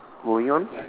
moving on